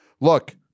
Look